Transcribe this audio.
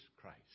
Christ